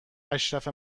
اشرف